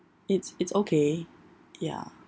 it's it's okay ya